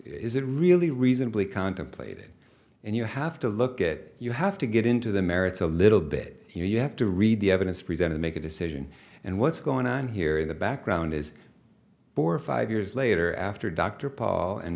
is it really reasonably contemplated and you have to look at it you have to get into the merits a little bit you have to read the evidence presented to make a decision and what's going on here in the background is born five years later after dr paul and